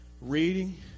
Reading